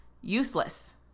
useless